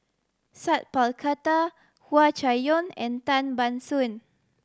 Sat Pal Khattar Hua Chai Yong and Tan Ban Soon